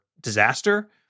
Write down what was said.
disaster